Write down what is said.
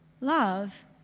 love